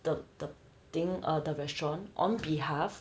the the thing err the restaurant on behalf